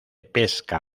pesca